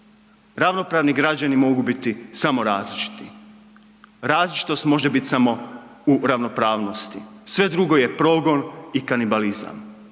Ravnopravni građani mogu biti samo različiti, različitost može biti samo u ravnopravnosti, sve drugo je progon i kanibalizam.